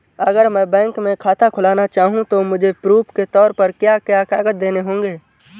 अगर मैं बैंक में खाता खुलाना चाहूं तो मुझे प्रूफ़ के तौर पर क्या क्या कागज़ देने होंगे?